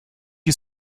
you